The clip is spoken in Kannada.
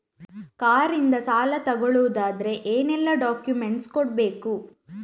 ಕಾರ್ ಇಂದ ಸಾಲ ತಗೊಳುದಾದ್ರೆ ಏನೆಲ್ಲ ಡಾಕ್ಯುಮೆಂಟ್ಸ್ ಕೊಡ್ಬೇಕು?